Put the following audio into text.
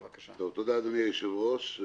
תודה, אדוני היושב-ראש.